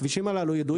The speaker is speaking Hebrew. הכבישים הללו ידועים.